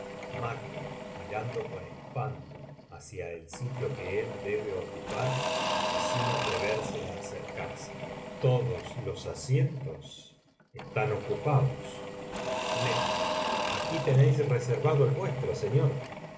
hacia el sitio que él debe ocupar y sin atreverse á acercarse todoslos asientos están ocupados aquí tenéis reservado el vuestro señor